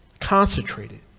Concentrated